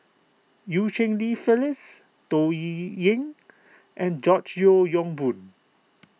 Eu Cheng Li Phyllis Toh Li ying and George Yeo Yong Boon